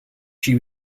she